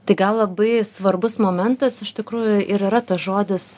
tai gal labai svarbus momentas iš tikrųjų ir yra tas žodis